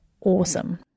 awesome